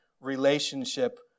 relationship